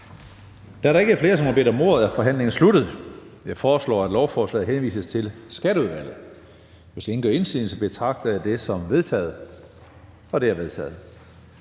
Da der ikke er flere, der har bedt om ordet, er forhandlingen sluttet. Jeg foreslår, at forslaget henvises til Miljø- og Fødevareudvalget. Hvis ingen gør indsigelse, betragter jeg det som vedtaget. Det er vedtaget.